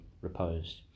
reposed